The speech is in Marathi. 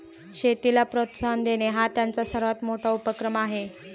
शेतीला प्रोत्साहन देणे हा त्यांचा सर्वात मोठा उपक्रम आहे